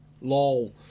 Lol